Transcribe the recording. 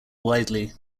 widely